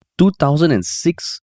2006